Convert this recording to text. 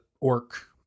orc